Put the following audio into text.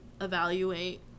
evaluate